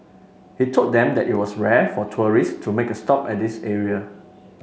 he told them that it was rare for tourist to make a stop at this area